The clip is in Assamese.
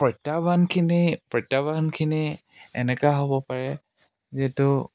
প্ৰত্যাহ্বানখিনি প্ৰত্যাহ্বানখিনি এনেকা হ'ব পাৰে যিহেতু